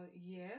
yes